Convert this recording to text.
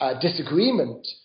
disagreement